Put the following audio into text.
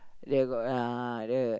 they got uh the